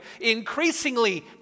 increasingly